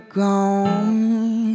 gone